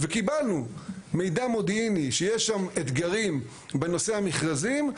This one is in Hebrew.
וקיבלנו מידע מודיעיני שיש שם אתגרים בנושא המכרזים,